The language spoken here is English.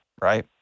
right